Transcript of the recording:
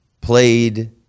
played